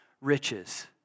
riches